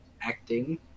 acting